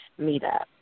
meetup